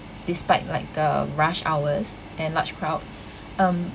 despite like the rush hours and large crowd um